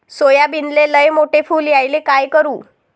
सोयाबीनले लयमोठे फुल यायले काय करू?